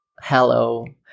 hello